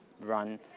run